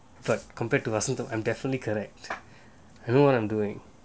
but compared to vasantham I'm definitely correct I know what I'm doing